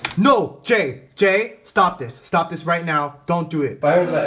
no, jae! jae, stop this! stop this right now! don't do it! byron's my